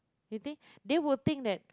you think they will think that